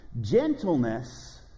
Gentleness